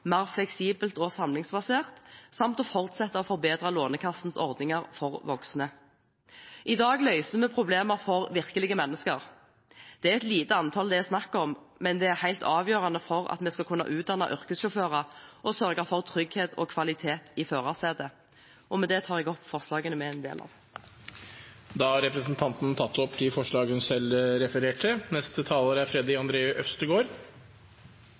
mer fleksibelt og samlingsbasert, samt å fortsette å forbedre Lånekassens ordninger for voksne. I dag løser vi problemer for virkelige mennesker. Det er et lite antall det er snakk om, men det er helt avgjørende for at vi skal kunne utdanne yrkessjåfører og sørge for trygghet og kvalitet i førersetet. Med det tar jeg opp forslagene vi er en del av. Representanten Margret Hagerup har tatt opp de forslagene hun refererte